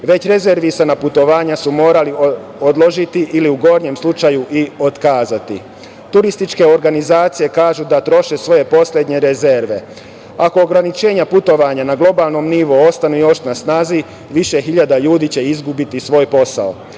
Već rezervisana putovanja su morali odložiti ili, u najgorem slučaju, otkazati. Turističke organizacije kažu da troše svoje poslednje rezerve. Ako ograničenja putovanja na globalnom nivou ostanu još na snazi, više hiljada ljudi će izgubiti svoj posao. Upravo